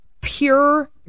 pure